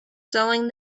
selling